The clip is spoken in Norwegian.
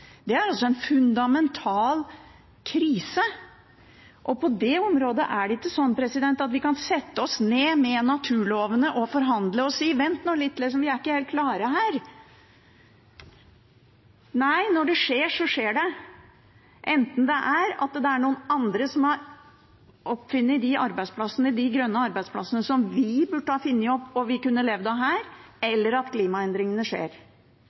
Det er en fundamental krise, og på det området er det ikke sånn at vi kan sette oss ned med naturlovene, forhandle og si: Vent nå litt, vi er ikke helt klare her! Nei, når det skjer, så skjer det – enten at noen andre har funnet opp de grønne arbeidsplassene som vi burde funnet opp og kunne levd av, eller at klimaendringene skjer.